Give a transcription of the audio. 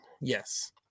Yes